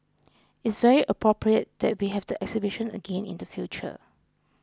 it's very appropriate that we have the exhibition again in the future